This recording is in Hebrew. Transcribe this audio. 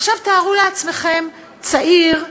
עכשיו, תארו לעצמכם צעיר,